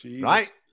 Right